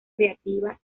creativa